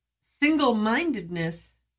single-mindedness